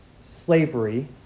slavery